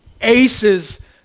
aces